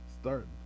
start